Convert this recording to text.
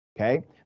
okay